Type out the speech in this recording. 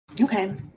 Okay